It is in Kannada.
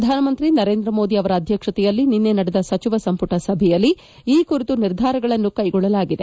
ಪ್ರಧಾನಮಂತ್ರಿ ನರೇಂದ್ರ ಮೋದಿ ಅವರ ಅಧ್ಯಕ್ಷತೆಯಲ್ಲಿ ನಿನ್ನೆ ನಡೆದ ಸಚಿವ ಸಂಪುಟ ಸಭೆಯಲ್ಲಿ ಈ ಕುರಿತು ನಿರ್ಧಾರಗಳನ್ನು ಕೈಗೊಳ್ಳಲಾಗಿದೆ